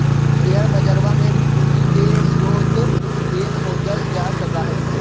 share बजरवा में भी पूंजी के स्रोत के खोजल जा सका हई